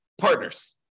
partners